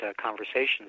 conversations